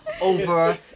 over